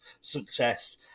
success